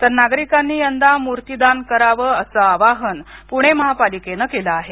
तर नागरिकांनी यंदा मूर्तीदान करावं असं आवाहन पुणे महापालिकेनं केलं आहे